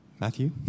Matthew